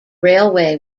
railway